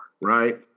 right